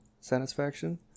satisfaction